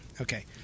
okay